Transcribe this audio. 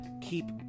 keep